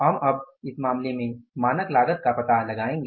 हम अब इस मामले में मानक लागत का पता लगाएंगे